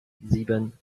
sieben